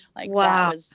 Wow